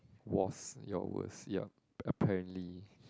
was your worst ya apparently